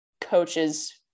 coaches